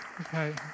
Okay